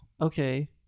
okay